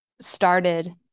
started